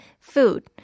food